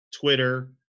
Twitter